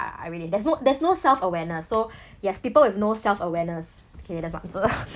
I I really there's no there's no self awareness so yes people with no self awareness okay that's my answers